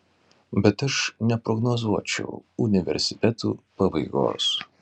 bet aš neprognozuočiau universitetų pabaigos